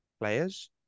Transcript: players